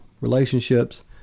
relationships